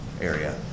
area